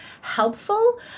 helpful